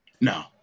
No